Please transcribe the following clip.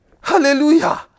Hallelujah